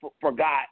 forgot